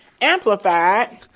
Amplified